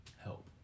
help